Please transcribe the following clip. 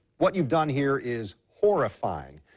what you've done here is horrifying.